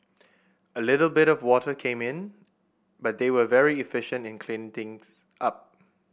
a little bit of water came in but they were very efficient in clean things up